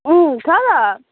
छ त